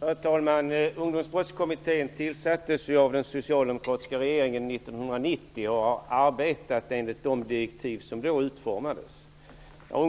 Herr talman! Ungdomsbrottskommittén tillsattes ju av den socialdemokratiska regeringen 1990. Den har arbetat enligt de direktiv som utformades då.